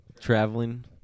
traveling